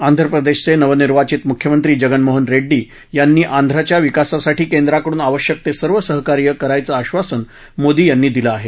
आंध्रप्रदेशाचे नवनिर्वाचित मुख्यमंत्री जगनमोहन रेड्डी यांना आंध्राच्या विकासासाठी केंद्राकडून आवश्यक ते सर्व सहकार्य करायचं आश्वासन मोदी यांनी दिलं आहे